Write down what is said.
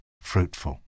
fruitful